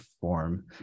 form